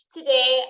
Today